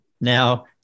Now